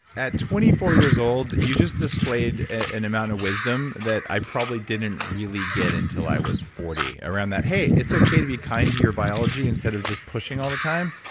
at twenty four years old you just displayed an amount of wisdom that i probably really get until i was forty, around that. hey, it's okay to be kind to your biology instead of just pushing all the time.